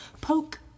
poke